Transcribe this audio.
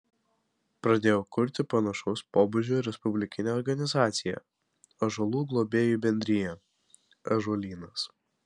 pradėjau kurti panašaus pobūdžio respublikinę organizaciją ąžuolų globėjų bendriją ąžuolynas